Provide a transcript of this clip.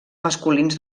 masculins